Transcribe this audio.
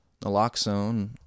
naloxone